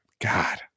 God